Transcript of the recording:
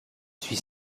suis